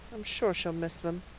i'm sure she'll miss them.